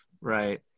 right